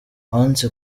banse